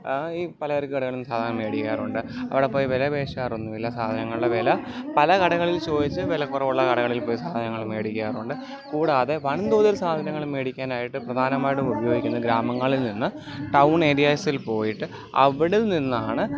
ഈ പലചരക്ക് കടകളിൽ സാധാരണ മേടിക്കാറുണ്ട് അവിടെ പോയി വില പേശാറൊന്നുമില്ല സാധനങ്ങളുടെ വില പല കടകളിൽ ചോദിച്ച് വില കുറവുള്ള കടകളിൽ പോയി സാധനങ്ങൾ മേടിക്കാറുണ്ട് കൂടാതെ വൻ തോതിൽ സാധനങ്ങൾ മേടിക്കാനായിട്ട് പ്രധാനമായിട്ടും ഉപയോഗിക്കുന്നത് ഗ്രാമങ്ങളിൽ നിന്ന് ടൗൺ എരിയാസിൽ പോയിട്ട് അവിടെ നിന്നാണ്